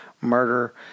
murder